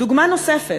דוגמה נוספת,